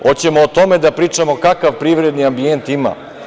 Hoćemo li o tome da pričamo kakav privredni ambijent ima?